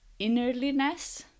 innerliness